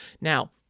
Now